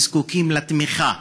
וזקוקים לתמיכה,